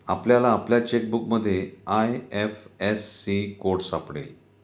आपल्याला आपल्या चेकबुकमध्ये आय.एफ.एस.सी कोड सापडेल